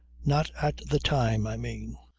not at the time, i mean.